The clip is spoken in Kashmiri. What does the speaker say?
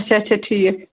اچھا اچھا ٹھیٖک